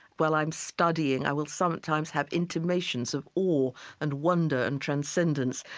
while i'm studying, i will sometimes have intimations of awe and wonder and transcendence.